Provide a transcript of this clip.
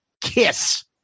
KISS